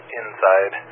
inside